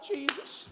Jesus